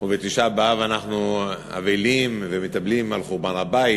ובתשעה באב אנחנו אבלים ומתאבלים על חורבן הבית,